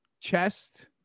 chest